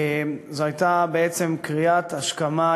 זאת הייתה בעצם קריאת השכמה,